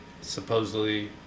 Supposedly